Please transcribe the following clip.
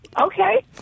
Okay